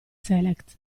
select